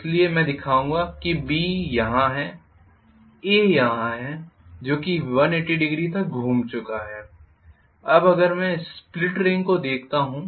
इसलिए मैं दिखाऊंगा कि B यहां है A यहां है जो कि 1800 तक घूम चुका है अब अगर मैं स्प्लिट रिंग को देखता हूं